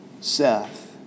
Seth